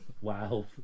wow